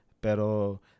Pero